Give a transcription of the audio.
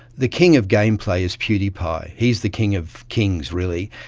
the king of game play is pewdiepie, he's the king of kings really.